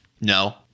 No